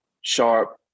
sharp